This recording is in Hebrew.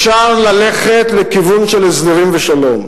אפשר ללכת לכיוון של הסדרים ושלום.